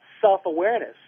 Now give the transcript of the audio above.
self-awareness